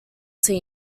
teams